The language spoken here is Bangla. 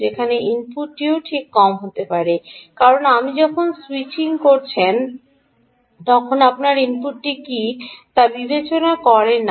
যেখানে ইনপুটটিও ঠিক কম হতে পারে কারণ আপনি যখন স্যুইচিং করছেন তখন আপনার ইনপুটটি কী তা বিবেচনা করে না